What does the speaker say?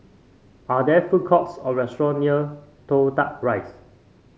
are there food courts or restaurant near Toh Tuck Rise